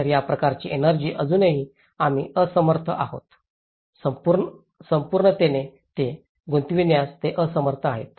तर या प्रकारची एनर्जी असूनही आम्ही असमर्थ आहोत संपूर्णतेने ते गुंतविण्यास ते असमर्थ आहेत